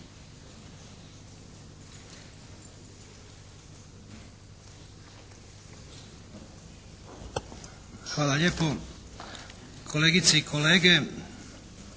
Hvala lijepo. Kolegice i kolege